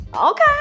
okay